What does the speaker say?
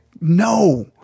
no